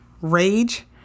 rage